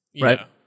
Right